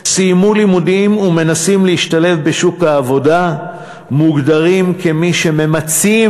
סיימו לימודים ומנסים להשתלב בשוק העבודה מוגדרים כמי שממצים